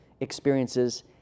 experiences